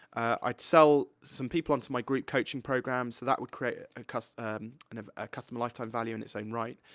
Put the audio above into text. i'd sell some people onto my group coaching programme, so that would create a and customer kind of ah customer lifetime value in its own right.